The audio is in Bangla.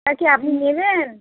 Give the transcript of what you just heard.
তা কি আপনি নেবেন